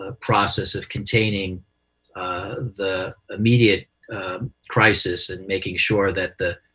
ah process of containing the immediate crisis and making sure that the